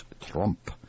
Trump